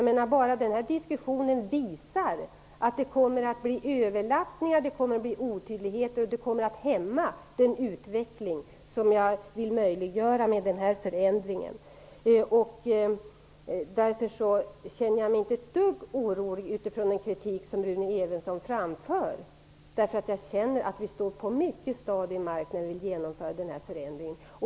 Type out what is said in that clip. Denna diskussion visar att det kommer att bli överlappningar, otydligheter och hämmande av den utveckling som jag vill möjliggöra med denna förändring. Jag känner mig inte ett dugg orolig för den kritik som Rune Evensson framför, därför att jag känner att vi står på mycket stadig mark när vi skall genomföra förändringen.